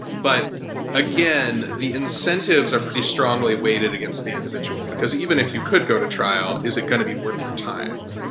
but again, the incentives are pretty strongly weighted against the individual because even if you could go to trial, is it going to be worth your time?